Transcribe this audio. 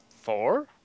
Four